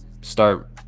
start